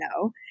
no